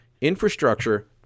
infrastructure